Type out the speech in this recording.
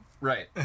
Right